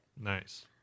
Nice